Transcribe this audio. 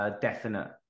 definite